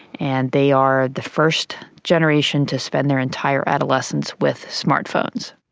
and they are the first generation to spend their entire adolescence with smart phones.